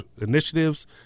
initiatives